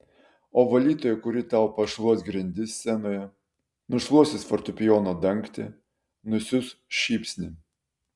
o valytoja kuri tau pašluos grindis scenoje nušluostys fortepijono dangtį nusiųs šypsnį